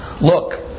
Look